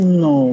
no